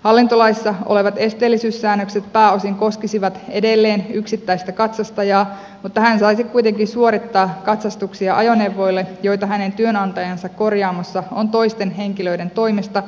hallintolaissa olevat esteellisyyssäännökset pääosin koskisivat edelleen yksittäistä katsastajaa mutta hän saisi kuitenkin suorittaa katsastuksia ajoneuvoille joihin hänen työnantajansa korjaamossa on toisten henkilöiden toimesta